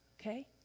okay